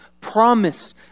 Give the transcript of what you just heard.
promised